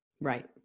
Right